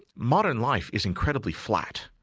modern life is incredibly flat.